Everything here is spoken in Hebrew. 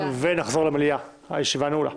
הישיבה נעולה.